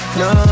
no